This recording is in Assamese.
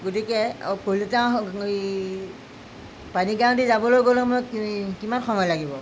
গতিকে কলিতা পানীগাঁওৱে দি যাবলৈ হ'লে মই কিমান সময় লাগিব